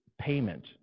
payment